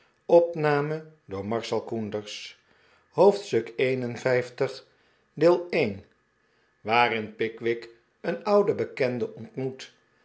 hoofdstuk li waarin pickwick een ouden bekende ontmoet